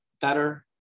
better